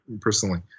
personally